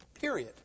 Period